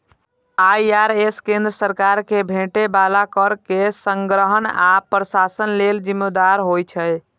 IRS केंद्र सरकार कें भेटै बला कर के संग्रहण आ प्रशासन लेल जिम्मेदार होइ छै